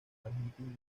argentina